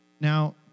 Now